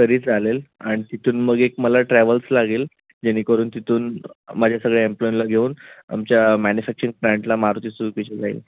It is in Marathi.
तरी चालेल आणि तिथून मग एक मला ट्रॅवल्स लागेल जेणेकरून तिथून माझ्या सगळ्या एम्प्लॉईंला घेऊन आमच्या मॅन्युफॅक्चरिंग प्लँटला मारुती सुउकीच्या जाईल